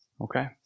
Okay